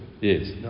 Yes